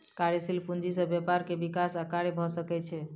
कार्यशील पूंजी से व्यापार के विकास आ कार्य भ सकै छै